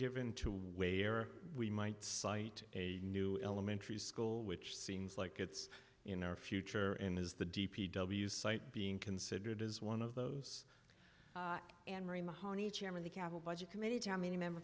given to where we might cite a new elementary school which seems like it's in our future and is the d p w site being considered as one of those anne marie mahoney chairman the kava budget committee time any member